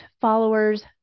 followers